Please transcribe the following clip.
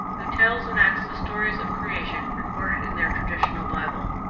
who tells and acts the stories of creation recorded in their traditional bible.